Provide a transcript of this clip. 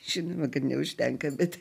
žinoma kad neužtenka bet